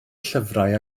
llyfrau